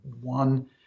one